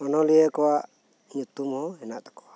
ᱚᱱᱚᱞᱤᱭᱟᱹ ᱠᱚᱣᱟᱜ ᱧᱩᱛᱩᱢ ᱦᱚᱸ ᱦᱮᱱᱟᱜ ᱛᱟᱠᱚᱣᱟ